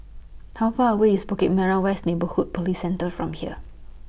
How Far away IS Bukit Merah West Neighbourhood Police Centre from here